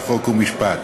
נושאים: